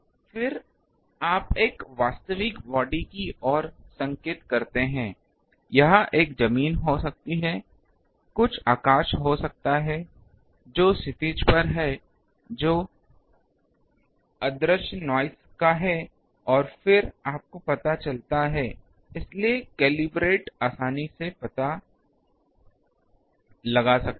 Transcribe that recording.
फिर आप एक वास्तविक बॉडी की ओर संकेत करते हैं यह एक जमीन हो सकती है कुछ आकाश हो सकता है जो क्षितिज पर है जो अदृश्य नॉइस का है और फिर आपको पता चलता है इसलिए कैलिब्रेटेड आसानी से पता लगा सकता है